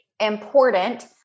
important